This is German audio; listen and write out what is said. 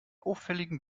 auffälligen